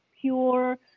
pure